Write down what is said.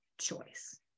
choice